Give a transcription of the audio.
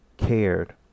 cared